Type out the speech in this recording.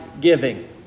giving